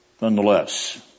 Nonetheless